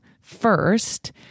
first